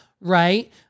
Right